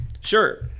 Sure